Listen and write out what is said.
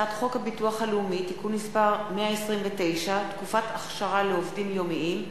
הצעת חוק הביטוח הלאומי (תיקון מס' 129) (תקופת אכשרה לעובדים יומיים),